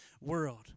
world